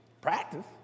Practice